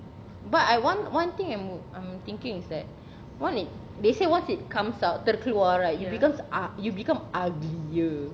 but I want one thing I'm I'm thinking is that what did they say once it comes out terkeluar right you because ah you become uglier